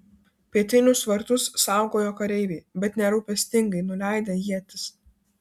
pietinius vartus saugojo kareiviai bet nerūpestingai nuleidę ietis